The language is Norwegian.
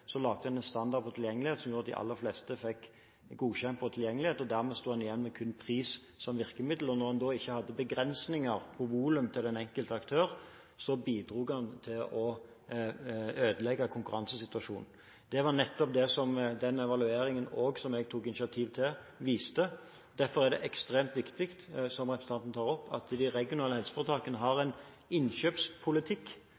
Så laget en en standard på tilgjengelighet som gjorde at de aller fleste fikk godkjent for tilgjengelighet, og dermed sto en igjen med kun pris som virkemiddel. Når en da ikke hadde begrensninger på volum til den enkelte aktør, bidro en til å ødelegge konkurransesituasjonen. Det var nettopp det den evalueringen som jeg tok initiativ til, også viste. Derfor er det ekstremt viktig, som representanten tar opp, at de regionale helseforetakene har